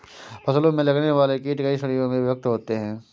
फसलों में लगने वाले कीट कई श्रेणियों में विभक्त होते हैं